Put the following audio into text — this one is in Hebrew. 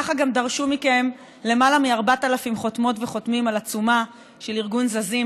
ככה גם דרשו מכם למעלה מ-4,000 חותמות וחותמים על עצומה של ארגון זזים,